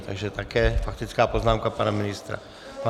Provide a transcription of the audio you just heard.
Takže také faktická poznámka pana ministra.